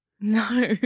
No